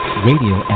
radio